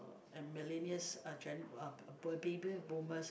and millennials are gen uh were baby boomers